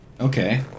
Okay